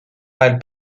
while